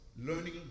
learning